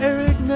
Eric